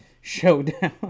showdown